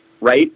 right